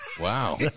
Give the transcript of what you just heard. Wow